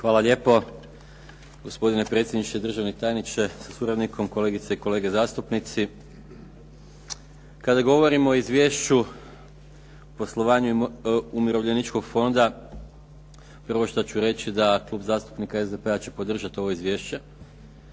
Hvala lijepo, gospodine predsjedniče. Državni tajniče sa suradnikom, kolegice i kolege zastupnici. Kada govorimo o Izvješću o poslovanju Umirovljeničkog fonda prvo što ću reći da Klub zastupnika SDP-a će podržat ovo izvješće